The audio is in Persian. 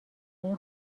این